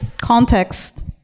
context